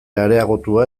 areagotua